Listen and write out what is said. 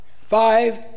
five